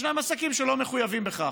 ישנם עסקים שלא מחויבים בכך,